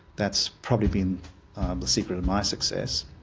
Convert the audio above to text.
that's probably been the secret of my success.